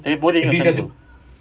tapi boleh ke macam tu